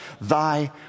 Thy